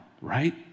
right